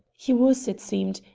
he was, it seemed,